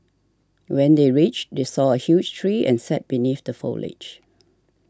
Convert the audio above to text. when they reached they saw a huge tree and sat beneath the foliage